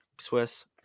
Swiss